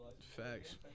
Facts